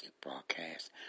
broadcast